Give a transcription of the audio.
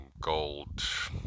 gold